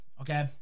okay